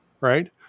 right